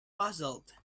puzzled